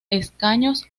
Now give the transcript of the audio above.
escaños